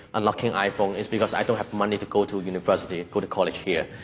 unlocking iphone, is because i don't have money to go to a university, go to college here.